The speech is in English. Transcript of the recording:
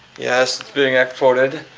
yes being exported.